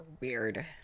weird